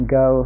go